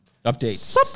Updates